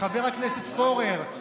חבר הכנסת פורר,